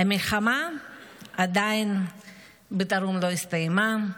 המלחמה בדרום עדיין לא הסתיימה,